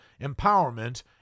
empowerment